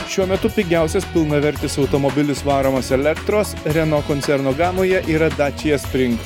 šiuo metu pigiausias pilnavertis automobilis varomas elektros reno koncerno gamoje yra dačija spring